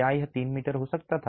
क्या यह 3 मी हो सकता था